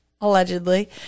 Allegedly